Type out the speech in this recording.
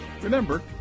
Remember